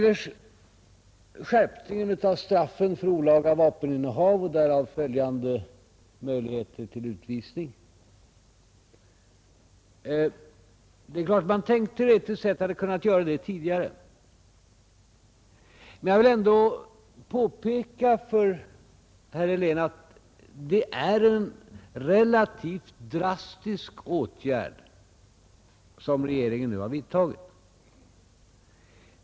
En skärpning av straffen för olaga vapeninnehav och därav följande möjligheter till utvisning hade kunnat genomföras tidigare. Men jag vill ändå påpeka för herr Helén att det är en relativt drastisk åtgärd, som regeringen nu har vidtagit.